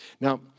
Now